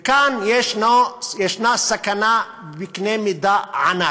וכאן יש סכנה בקנה מידה ענק.